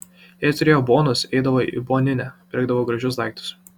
jei turėjo bonus eidavo į boninę pirkdavo gražius daiktus